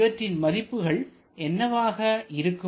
இவற்றின் மதிப்புகள் என்னவாக இருக்கும்